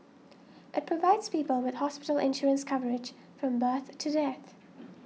it provides people with hospital insurance coverage from birth to death